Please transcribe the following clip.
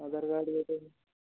ଆଧାର card ଗୋଟେ